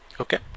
okay